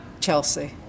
Chelsea